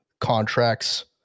contracts